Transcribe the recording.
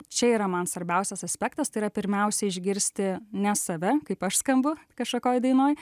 čia yra man svarbiausias aspektas tai yra pirmiausia išgirsti ne save kaip aš skambu kažkokioj dainoj